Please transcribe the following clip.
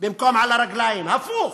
במקום על הרגליים, הפוך.